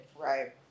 Right